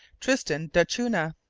tristan d'acunha.